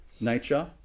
nature